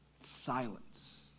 Silence